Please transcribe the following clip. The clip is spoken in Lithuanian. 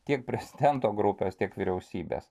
tiek prezidento grupės tiek vyriausybės